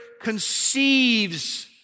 conceives